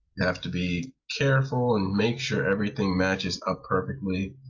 have to be careful and make sure everything matches up perfectly.